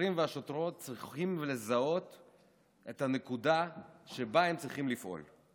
השוטרים והשוטרות צריכים לזהות את הנקודה שבה צריכים לפעול.